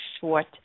short